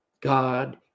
God